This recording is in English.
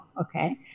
okay